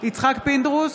יצחק פינדרוס,